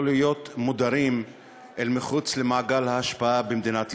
להיות מודרים אל מחוץ למעגל ההשפעה במדינת ישראל.